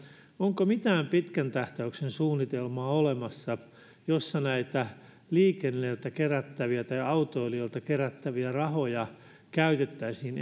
onko mitään pitkän tähtäyksen suunnitelmaa olemassa jossa näitä liikenteeltä kerättäviä tai autoilijoilta kerättäviä rahoja käytettäisiin